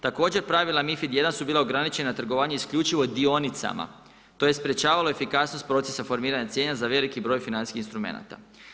Također pravila MiFID I su bila ograničena trgovanje isključivo dionicama, tj. sprječavalo efikasnost procesa formiranja cijena za veliki broj financijskih instrumenata.